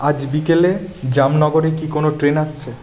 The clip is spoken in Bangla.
আজ বিকেলে জামনগরে কি কোনও ট্রেন আসছে